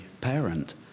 parent